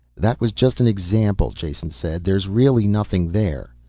that was just an example, jason said. there's really nothing there.